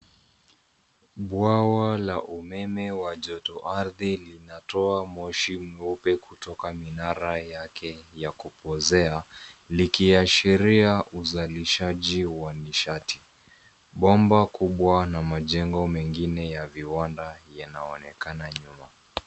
Bwawa la umeme la joto ardhi linatoa moshi mweupe kutoka minara yake ya kupozea, likiashiria uzalishaji wa nishati. Bomba kubwa na majengo mengine ya viwanda yanaonekana nyuma.